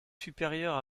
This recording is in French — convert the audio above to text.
supérieur